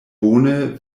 bone